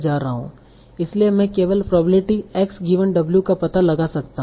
इसलिए मैं केवल प्रोबेब्लिटी X गिवन W का पता लगा सकता हूं